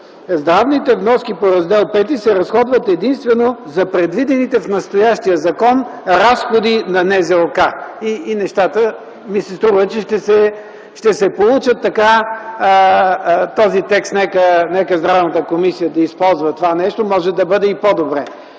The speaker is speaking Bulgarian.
„Здравните вноски по Раздел V се разходват единствено за предвидените в настоящия закон разходи на НЗОК.”. И нещата ми се струва, че ще се получат. Този текст, нека Здравната комисия да използва това нещо, може да бъде и по-добре.